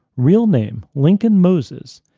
real name, lincoln moses,